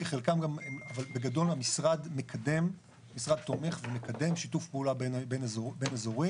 אבל בגדול המשרד תומך ומקדם שיתוף פעולה בין-אזורי